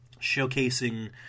showcasing